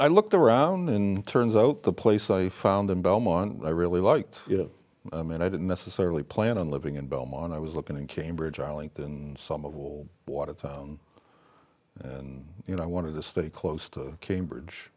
i looked around and turns out the place i found in belmont i really liked and i didn't necessarily plan on living in belmont i was looking in cambridge arlington and some of all watertown and you know i wanted to stay close to cambridge